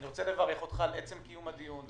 אני רוצה לברך אותך על עצם קיום הדיון.